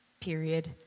period